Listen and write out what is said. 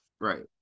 Right